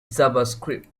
javascript